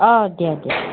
অঁ দিয়া দিয়া